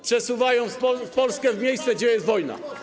Przesuwają Polskę w miejsce, gdzie jest wojna.